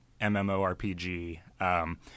MMORPG